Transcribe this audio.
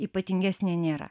ypatingesnė nėra